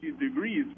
degrees